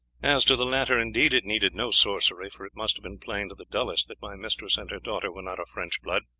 as to the latter, indeed, it needed no sorcery, for it must have been plain to the dullest that my mistress and her daughter were not of french blood,